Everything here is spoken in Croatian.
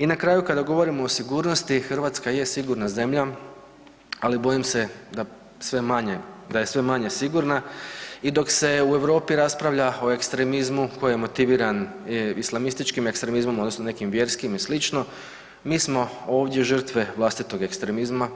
I na kraju kada govorimo o sigurnosti, Hrvatska je sigurna zemlja ali bojim se da sve manje, da je sve manje sigurna i dok se u Europi raspravlja o ekstremizmu koji je motiviran islamističkim ekstremizmom odnosno nekim vjerskim i sl., mi smo ovdje žrtve vlastitog ekstremizma,